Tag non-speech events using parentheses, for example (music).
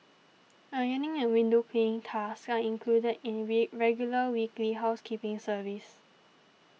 ironing and window cleaning tasks are included in (noise) regular weekly housekeeping service